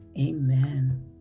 Amen